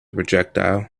projectile